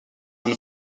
and